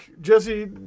Jesse